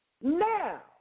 Now